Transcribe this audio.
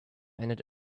ended